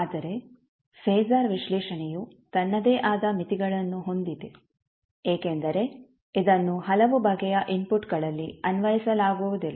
ಆದರೆ ಫಾಸರ್ ವಿಶ್ಲೇಷಣೆಯು ತನ್ನದೇ ಆದ ಮಿತಿಗಳನ್ನು ಹೊಂದಿದೆ ಏಕೆಂದರೆ ಇದನ್ನು ಹಲವು ಬಗೆಯ ಇನ್ಫುಟ್ಗಳಲ್ಲಿ ಅನ್ವಯಿಸಲಾಗುವುದಿಲ್ಲ